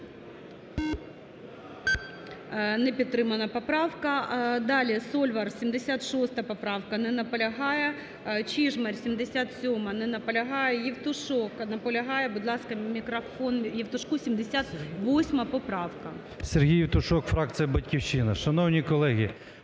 Не підтримана поправка. Далі, Сольвар, 76 поправка. Не наполягає. Чижмарь, 77-а. Не наполягає. Євтушок наполягає. Будь ласка, мікрофон Євтушку. 78 поправка. 11:15:20 ЄВТУШОК С.М. Сергій Євтушок, фракція "Батьківщина". Шановні колеги,